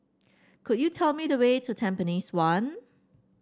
could you tell me the way to Tampines one